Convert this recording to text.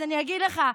אז אני אגיד לך.